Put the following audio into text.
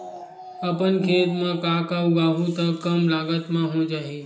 अपन खेत म का का उगांहु त कम लागत म हो जाही?